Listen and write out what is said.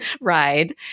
ride